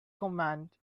command